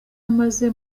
amaze